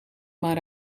maar